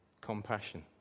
compassion